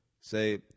say